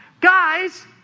Guys